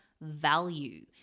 value